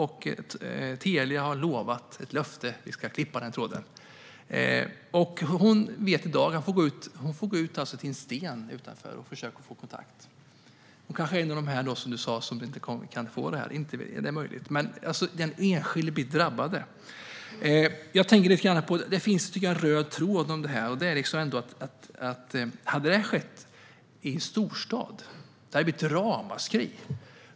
Telia har gett löfte om att klippa den tråden. Sonja får i dag gå ut till en sten utanför och försöka få kontakt. Hon kanske är en av dem du nämnde, ministern, som inte kan få detta; det är möjligt. Men den enskilde blir drabbad. Jag tycker att det finns en röd tråd här, och det är följande: Hade detta skett i en storstad hade det blivit ramaskri.